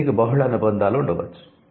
దీనికి బహుళ అనుబంధాలు ఉండవచ్చు